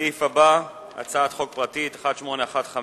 הסעיף הבא, הצעת חוק פרטית, מס' 1815,